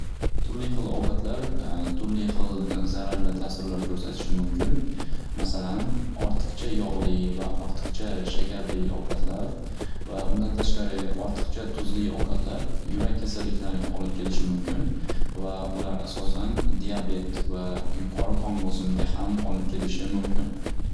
Turli xil ovqatlar turli xil zararli ta'sirlar ko'rsatishi mumkin. Masalan ortiqcha yog'li va ortiqcha shakarli ovqatlar va undan tashqari ortiqcha tuzli ovqatlar yurak kasalliklariga olib kelishi mumkin va ular asosan diabet va yuqori qon bosimiga ham olib kelishi mumkin.